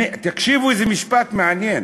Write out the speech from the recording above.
תקשיבו איזה משפט מעניין,